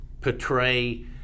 portray